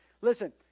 Listen